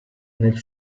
nel